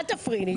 אל תעזרי לי.